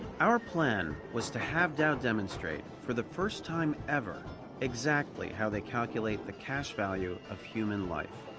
our plan was to have dow demonstrate for the first time ever exactly how they calculate the cash value of human life.